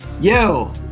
Yo